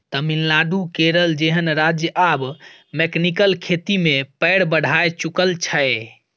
तमिलनाडु, केरल जेहन राज्य आब मैकेनिकल खेती मे पैर बढ़ाए चुकल छै